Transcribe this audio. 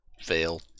fail